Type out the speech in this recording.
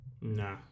Nah